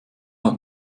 hat